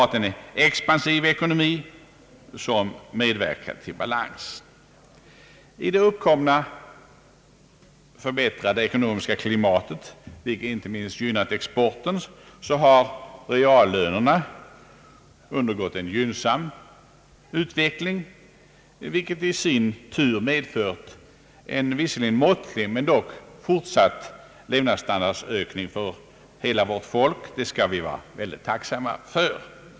I det uppkomna förbättrade ekonomiska klimatet, som icke minst gynnat exporten, har reallönerna undergått en gynnsam utveckling, vilket i sin tur medfört en visserligen måttlig men dock fortsatt levnadsstandardhöjning för hela vårt folk. Det skall vi vara mycket tacksamma för.